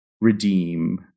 redeem